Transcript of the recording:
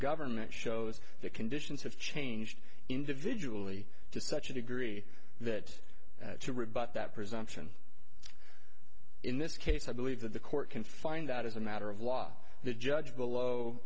government shows the conditions have changed individually to such a degree that to rebut that presumption in this case i believe that the court can find that as a matter of law the judge below